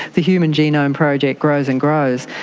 the human genome project grows and grows.